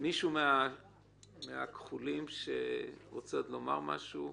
מישהו מהכחולים שרוצה לומר עוד משהו?